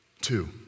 Two